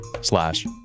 slash